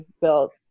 built